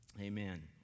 Amen